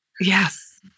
Yes